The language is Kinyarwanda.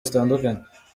zitandukanye